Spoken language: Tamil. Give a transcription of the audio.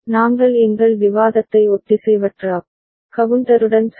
நாங்கள் எங்கள் விவாதத்தை ஒத்திசைவற்ற அப் கவுண்டருடன் சரி